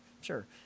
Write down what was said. Sure